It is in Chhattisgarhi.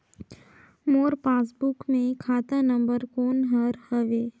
मोर पासबुक मे खाता नम्बर कोन हर हवे?